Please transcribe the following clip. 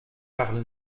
par